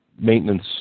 maintenance